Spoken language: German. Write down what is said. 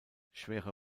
schwere